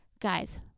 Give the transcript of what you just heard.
Guys